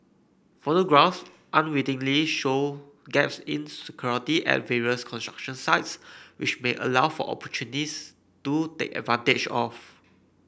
photographs unwittingly show gaps in security at various construction sites which may allow for opportunists to take advantage of